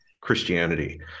Christianity